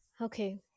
Okay